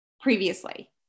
previously